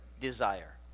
desire